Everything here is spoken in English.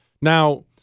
now